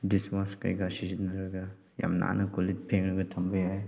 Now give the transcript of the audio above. ꯗꯤꯁꯋꯥꯁ ꯀꯩꯀꯥ ꯁꯤꯖꯤꯟꯅꯔꯒ ꯌꯥꯝ ꯅꯥꯟꯅ ꯀꯣꯜꯂꯤꯛ ꯐꯦꯡꯂꯒ ꯊꯝꯕ ꯌꯥꯏ